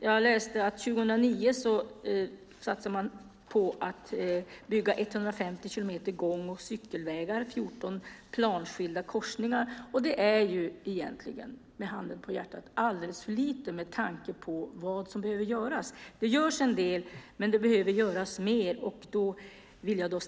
År 2009 satsade man på att bygga 150 kilometer gång och cykelvägar och 14 planskilda korsningar. Det är egentligen alldeles för lite med tanke på vad som behöver göras. Det görs en del, men det behöver göras mer.